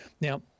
Now